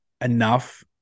enough